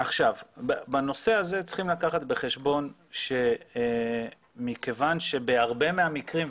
בנושא הזה צריכים לקחת בחשבון שמכיוון שבהרבה מהמקרים,